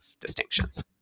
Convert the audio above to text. distinctions